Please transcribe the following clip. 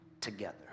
together